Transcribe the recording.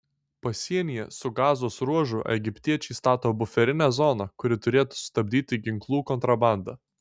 pasienyje su gazos ruožu egiptiečiai stato buferinę zoną kuri turėtų sustabdyti ginklų kontrabandą